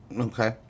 Okay